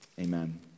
Amen